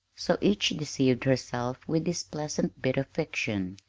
so each deceived herself with this pleasant bit of fiction,